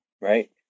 Right